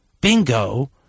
Bingo